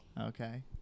Okay